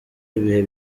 ibihe